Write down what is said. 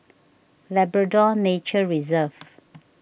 Labrador Nature Reserve